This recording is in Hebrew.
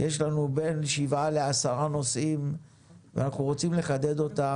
יש לנו בין שבעה לעשרה נושאים שאנחנו רוצים לחדד אותם